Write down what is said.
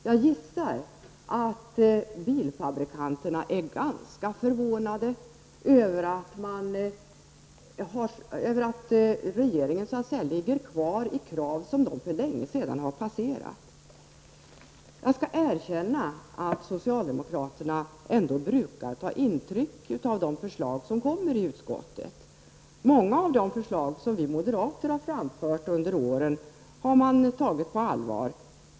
Jag gissar att bilfabrikanterna är ganska förvånade över att regeringen så att säga ligger kvar vid krav som de för länge sedan har passerat. Jag skall erkänna att socialdemokraterna ändå brukar ta intryck av de förslag som kommer i utskottet. Många av de förslag som vi moderater har fört fram under åren har man tagit på allvar.